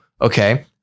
Okay